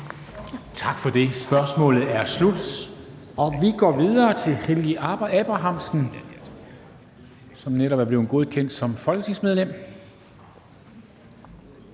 Tak for det. Spørgsmålet er slut. Vi går videre til Helgi Abrahamsen, som netop er blevet godkendt som folketingsmedlem.